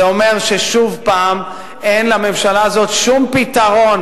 זה אומר ששוב פעם אין לממשלה הזאת שום פתרון